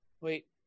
Wait